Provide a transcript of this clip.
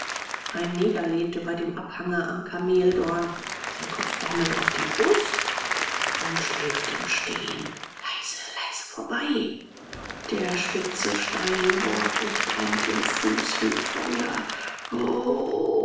ein neger lehnt über dem abhange am kameldorn sein kopf baumelt auf die brust und schläft im stehen leise leise vorbei der spitze stein bohrt und brennt im fuß wie feuer o